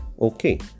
Okay